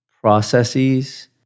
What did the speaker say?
processes